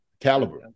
caliber